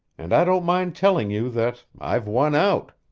and i don't mind telling you that i've won out.